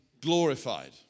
glorified